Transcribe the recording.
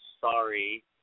sorry